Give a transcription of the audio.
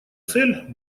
цель